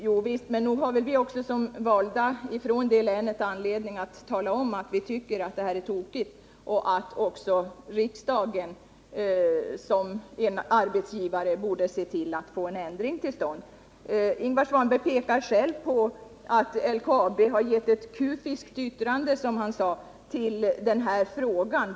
Jo visst, men nog har väl vi som är valda från Norrbottens län anledning att tala om när vi tycker att någonting är tokigt och att också riksdagen som företrädare för arbetsgivaren borde se till att få en ändring till stånd. Ingvar Svanberg pekar själv på att LKAB har avgivit ett, som han sade, kufiskt yttrande till dagens ärende.